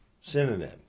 Synonym